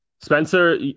Spencer